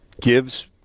gives